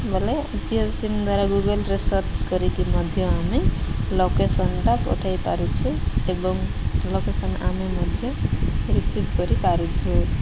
ବୋଲେ ଜିଓ ସିମ୍ ଦ୍ୱାରା ଗୁଗୁଲରେ ସର୍ଚ୍ଚ କରିକି ମଧ୍ୟ ଆମେ ଲୋକେସନଟା ପଠେଇ ପାରୁଛୁ ଏବଂ ଲୋକେସନ ଆମେ ମଧ୍ୟ ରିସିଭ୍ କରିପାରୁଛୁ